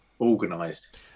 organised